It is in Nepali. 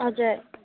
हजुर